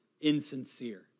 insincere